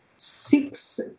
six